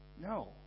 No